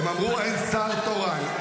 הם אמרו שאין שר תורן.